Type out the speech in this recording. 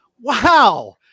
wow